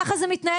ככה זה מתנהל.